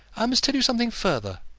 i must tell you something further,